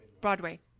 Broadway